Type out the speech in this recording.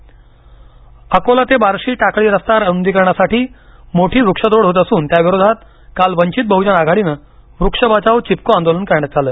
चिपको आंदोलन अकोला ते बार्शी टाकळी रस्ता रुंदीकरणासाठी मोठी वृक्षतोड होत असून त्या विरोधात काल वंचित बहूजन आघाडीनं वृक्ष बचाओ चिपको आंदोलन करण्यात आलं